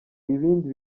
ibindi